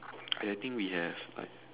I think we have like